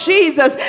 Jesus